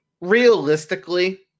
realistically